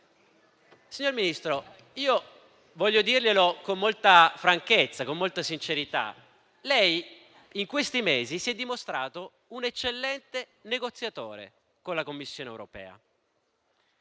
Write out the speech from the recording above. Signor Ministro, voglio dirle con molta franchezza e molta sincerità che in questi mesi si è dimostrato un eccellente negoziatore con la Commissione europea.